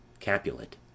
Capulet